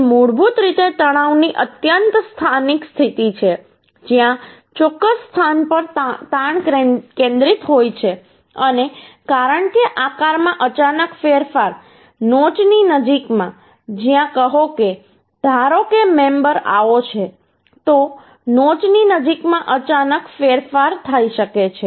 તે મૂળભૂત રીતે તણાવની અત્યંત સ્થાનિક સ્થિતિ છે જ્યાં ચોક્કસ સ્થાન પર તાણ કેન્દ્રિત હોય છે અને કારણ કે આકારમાં અચાનક ફેરફાર નોચની નજીકમાં જ્યાં કહો કે ધારો કે મેમબર આવો છે તો નોચની નજીકમાં અચાનક ફેરફાર થઈ શકે છે